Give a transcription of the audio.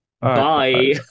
Bye